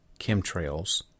chemtrails